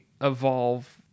evolve